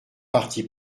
parti